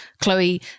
Chloe